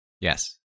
Yes